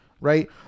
right